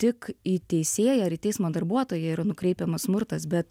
tik į teisėją ar į teismo darbuotoją yra nukreipiamas smurtas bet